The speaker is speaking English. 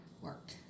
work